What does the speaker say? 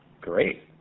Great